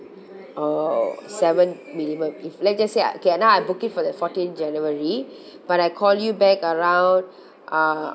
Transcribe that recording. oh seven minimum if let's just say okay now I book it for the fourteen january but I call you back around uh